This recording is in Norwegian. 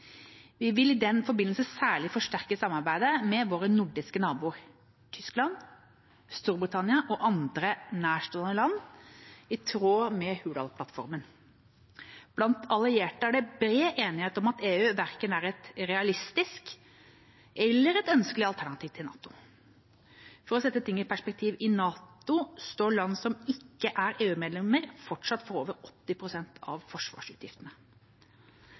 Vi vil i den forbindelse særlig forsterke samarbeidet med våre nordiske naboer, Tyskland, Storbritannia og andre nærstående land, i tråd med Hurdalsplattformen. Blant allierte er det bred enighet om at EU verken er et realistisk eller ønskelig alternativ til NATO. For å sette ting i perspektiv: I NATO står land som ikke er EU-medlemmer, fortsatt for over 80 pst. av forsvarsutgiftene.